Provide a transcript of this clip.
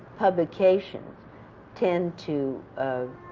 publications tend to